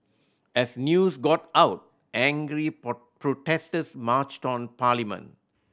as news got out angry protesters marched on parliament